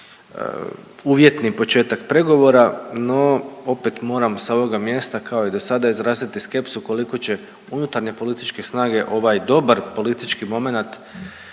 uvjetni početak pregovora, no opet moram sa ovoga mjesta, kao i do sada, izraziti skepsu koliko će unutarnje političke snage ovaj dobar politički momenat